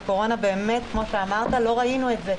בקורונה באמת כמו שאמרת לא ראינו את זה,